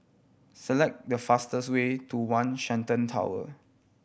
select the fastest way to One Shenton Tower